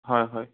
হয় হয়